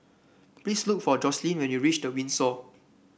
please look for Joslyn when you reach The Windsor